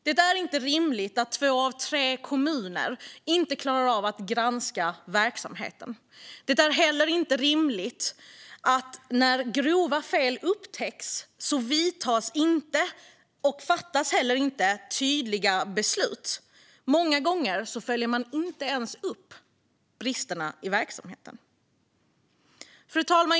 Det är inte rimligt att två av tre kommuner inte klarar av att granska verksamheten. Det är heller inte rimligt att när grova fel upptäcks vidtas inga åtgärder och fattas heller inte tydliga beslut. Många gånger följer man inte ens upp bristerna i verksamheten. Fru talman!